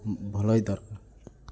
ଭଲଇ ଦରକାର